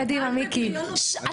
מיקי גם